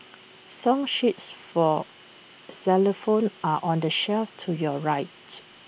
song sheets for xylophones are on the shelf to your right